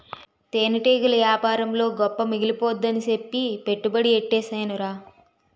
తేనెటీగల యేపారంలో గొప్ప మిగిలిపోద్దని సెప్పి పెట్టుబడి యెట్టీసేనురా